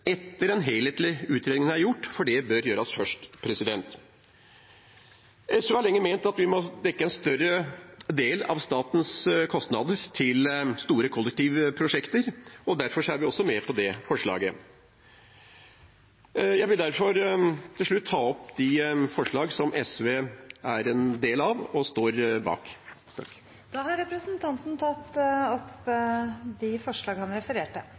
etter at den helhetlige utredningen er gjort, for det bør gjøres først. SV har lenge ment at vi må dekke en større del av statens kostnader til store kollektivprosjekter, og derfor er vi også med på det forslaget. Jeg vil til slutt ta opp SVs forslag i saken. Representanten Arne Nævra har tatt opp det forslaget han refererte til. Brukerbetaling er